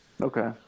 Okay